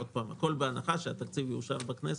עוד פעם, הכול בהנחה שהתקציב יאושר בכנסת.